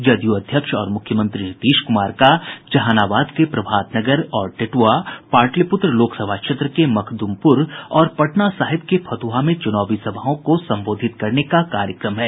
जदयू अध्यक्ष और मुख्यमंत्री नीतीश कुमार का जहानाबाद के प्रभातनगर और टेट्आ पाटलिपुत्र लोकसभा क्षेत्र के मखदुमपुर और पटना साहिब के फतुहा में चुनावी सभाओं को संबोधित करने का कार्यक्रम है